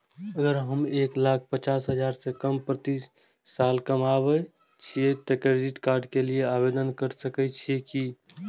अगर हम एक लाख पचास हजार से कम प्रति साल कमाय छियै त क्रेडिट कार्ड के लिये आवेदन कर सकलियै की?